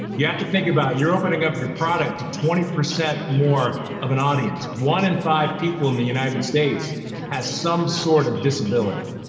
you have to think about, you're opening up your product to twenty percent more of an audience. one in five people in the united states has some sort of disability.